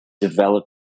develop